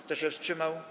Kto się wstrzymał?